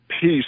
peace